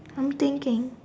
I'm thinking